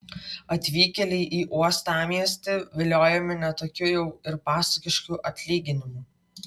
atvykėliai į uostamiestį viliojami ne tokiu jau ir pasakišku atlyginimu